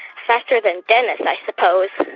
faster than dennis, i suppose